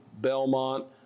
Belmont